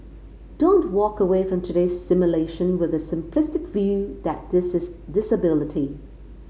don't walk away from today's simulation with the simplistic view that this is disability